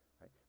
right